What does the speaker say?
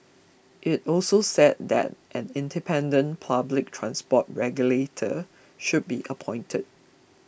it also said that an independent public transport regulator should be appointed